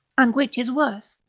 and which is worse,